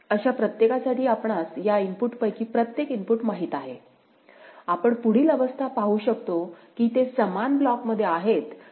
अशा प्रत्येकासाठी आपणास या इनपुटपैकी प्रत्येक इनपुट माहित आहे आपण पुढील अवस्था पाहू शकतो की ते समान ब्लॉकमध्ये आहेत किंवा भिन्न ब्लॉकमध्ये आहेत की नाहीत